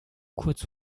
kurz